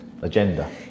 Agenda